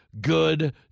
Good